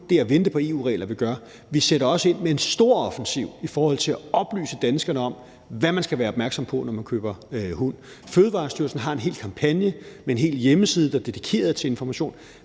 det at vente på EU-regler, som vi gør. Vi sætter også ind med en storoffensiv i forhold til at oplyse danskerne om, hvad man skal være opmærksom på, når man køber hund. Fødevarestyrelsen har en kampagne med en hel hjemmeside, der er dedikeret til information.